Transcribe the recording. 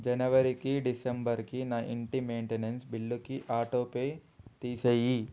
జనవరికి డిసెంబర్కి నా ఇంటి మెయింటెనెన్స్ బిల్లుకి ఆటోపే తీసేయి